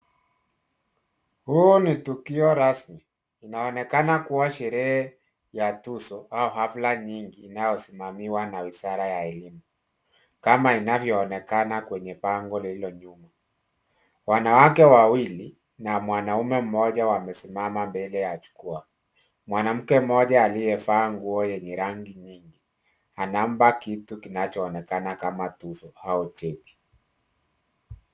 Huu ni tukio rasmi, inaonekana kuwa sherehe ya tuzo au hafla nyingi inayosimamiwa na wizara ya elimu. Kama linavyooneka kwenye bango lililo nyuma. Wanawake wawili, na mwanaume mmoja wamesimama mbele ya jukwaa. Mwanamke mmoja aliyevaa nguo yenye rangi nyingi, anampa kitu kinachoonekana kama tuzo au cheti.